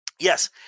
Yes